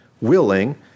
willing